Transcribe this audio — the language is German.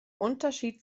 unterschied